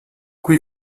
qui